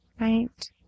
Right